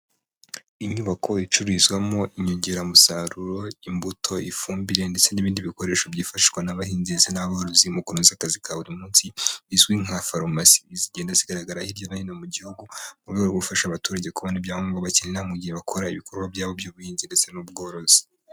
Inyubako icururizwamo inyongeramusaruro: imbuto, ifumbire ndetse n'ibindi bikoresho byifashishwa n'abahinzi n'aborozi mu kunoza akazi ka buri munsi izwi nk'inyubako zicururizwamo inyongeramusaruro. Zigenda zigaragara hirya no hino mu gihugu mu rwego rwo gufasha abaturage kubona ibyangombwa bakenera mu gihe bakora ibikorwa byabo by'ubuhinzi ndetse n'ubworozi.